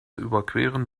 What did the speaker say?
überqueren